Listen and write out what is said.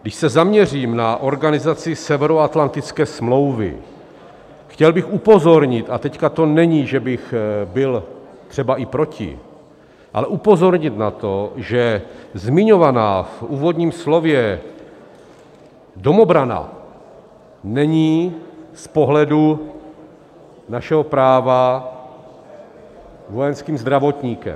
Když se zaměřím na organizaci Severoatlantické smlouvy, chtěl bych upozornit, a teď to není, že bych byl třeba i proti, ale upozornit na to, že zmiňovaná v úvodním slově domobrana není z pohledu našeho práva vojenským zdravotníkem.